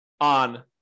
on